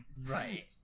right